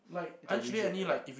into a U_G anyway